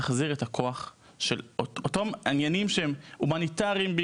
בעניינים הומניטריים ואזרחים